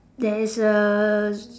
there is a